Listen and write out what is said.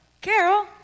Carol